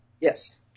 yes